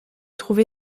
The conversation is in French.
trouvé